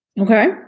Okay